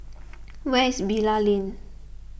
where is Bilal Lane